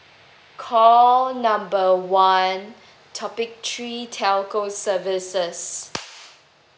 call number one topic three telco services